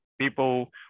People